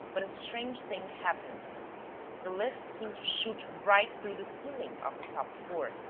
but a strange thing happened the lift seemed to shoot right through the ceiling of the top floor,